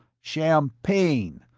champagne.